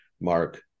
Mark